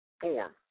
form